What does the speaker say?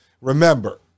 Remember